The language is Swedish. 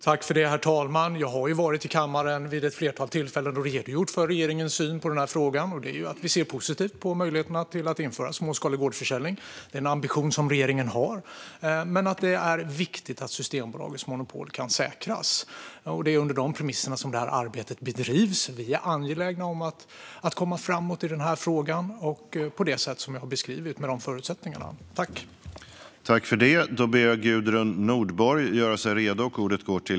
Herr talman! Jag har varit i kammaren vid ett flertal tillfällen och redogjort för regeringens syn i frågan, att vi ser positivt på möjligheterna att införa småskalig gårdsförsäljning. Det är en ambition som regeringen har. Men det är viktigt att Systembolagets monopol kan säkras. Det är under de premisserna arbetet bedrivs. Vi är angelägna om att komma framåt i frågan på det sätt och med de förutsättningar som jag har beskrivit.